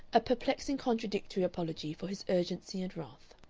a perplexing contradictory apology for his urgency and wrath.